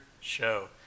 show